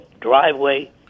driveway